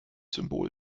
symbol